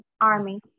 army